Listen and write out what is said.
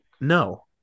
No